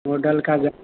model का ज